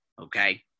okay